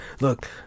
look